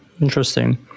Interesting